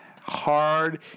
hard